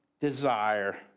desire